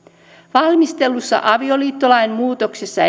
valmistellussa avioliittolain muutoksessa